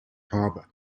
harbor